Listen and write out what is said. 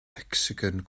hecsagon